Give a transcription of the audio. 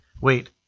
wait